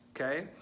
okay